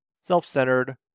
self-centered